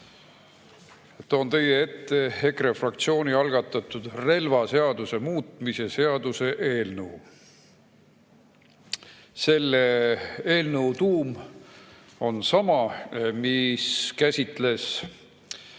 Toon teie ette EKRE fraktsiooni algatatud relvaseaduse muutmise seaduse eelnõu. Selle eelnõu tuum on sama [nagu seadusel],